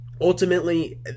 ultimately